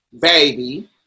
baby